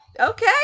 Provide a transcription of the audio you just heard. Okay